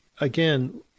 again